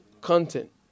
content